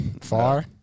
far